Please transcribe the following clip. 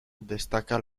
destaca